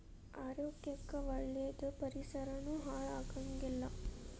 ಆರೋಗ್ಯ ಕ್ಕ ಒಳ್ಳೇದ ಪರಿಸರಾನು ಹಾಳ ಆಗಂಗಿಲ್ಲಾ